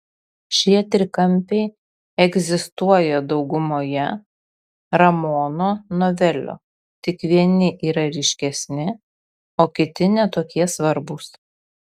šie trikampiai egzistuoja daugumoje ramono novelių tik vieni yra ryškesni o kiti ne tokie svarbūs